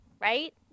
right